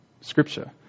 scripture